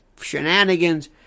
shenanigans